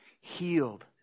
healed